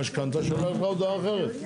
משכנתה שולח לך הודעה אחרת.